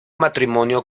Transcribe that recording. matrimonio